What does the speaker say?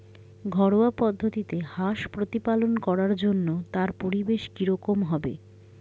ঘরোয়া পদ্ধতিতে হাঁস প্রতিপালন করার জন্য তার পরিবেশ কী রকম হবে?